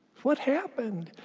what happened?